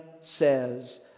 says